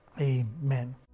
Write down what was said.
Amen